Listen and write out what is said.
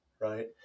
right